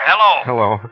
Hello